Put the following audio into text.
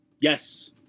Yes